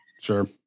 Sure